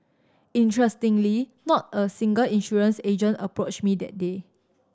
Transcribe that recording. interestingly not a single insurance agent approached me that day